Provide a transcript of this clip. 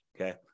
Okay